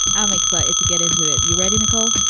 i'm excited to get into it. you ready, nicole?